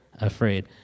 afraid